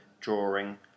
drawing